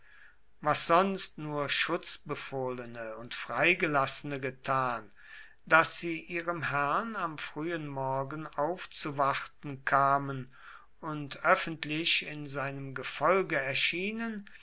was sonst nur schutzbefohlene und freigelassene getan daß sie ihrem herrn am frühen morgen aufzuwarten kamen und öffentlich in seinem gefolge erschienen